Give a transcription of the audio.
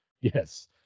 Yes